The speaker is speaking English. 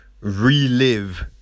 relive